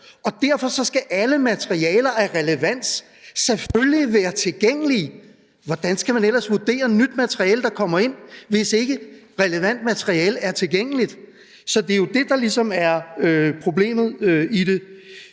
og derfor skal alle materialer af relevans selvfølgelig være tilgængelige. Hvordan skal man ellers vurdere nyt materiale, der kommer ind, hvis ikke relevant materiale er tilgængeligt? Så det er jo det, der ligesom er problemet i det.